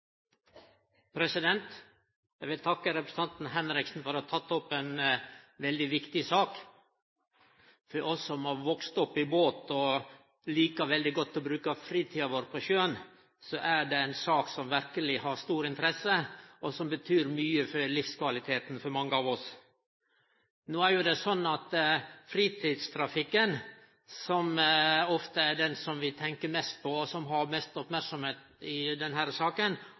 Henriksen for å ha teke opp ei veldig viktig sak. For oss som har vakse opp i båt, og som likar godt å bruke fritida vår på sjøen, er det ei sak som verkeleg har stor interesse, og som betyr mykje for livskvaliteten for mange av oss. Fritidstrafikken – som ofte er det vi tenkjer mest på, og som får mest oppmerksemd i denne saka – har endra seg dramatisk sidan eg var ein liten gut. Med dei båtane vi har i dag, med den